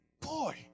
boy